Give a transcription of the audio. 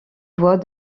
voies